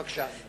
בבקשה.